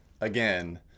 again